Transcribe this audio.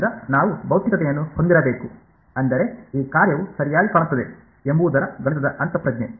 ಆದ್ದರಿಂದ ನಾವು ಭೌತಿಕತೆಯನ್ನು ಹೊಂದಿರಬೇಕು ಅಂದರೆ ಈ ಕಾರ್ಯವು ಸರಿಯಾಗಿ ಕಾಣುತ್ತದೆ ಎಂಬುದರ ಗಣಿತದ ಅಂತಃಪ್ರಜ್ಞೆ